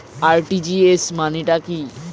RTGS মানে টা কি?